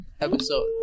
episode